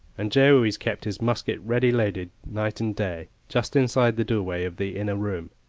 and joe always kept his musket ready loaded, night and day, just inside the doorway of the inner room.